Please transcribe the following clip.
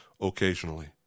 occasionally